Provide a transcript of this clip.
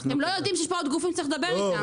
אתם לא יודעים שיש פה עוד גופים שצריך לדבר איתם.